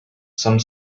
some